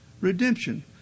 Redemption